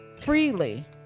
freely